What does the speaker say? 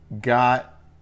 got